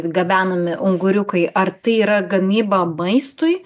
gabenami unguriukai ar tai yra gamyba maistui